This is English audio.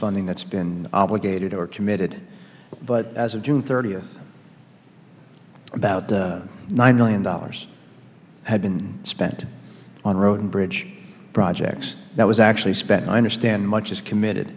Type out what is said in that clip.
funding that's been obligated or committed but as of june thirtieth about nine million dollars had been spent on road and bridge projects that was actually spent i understand much is committed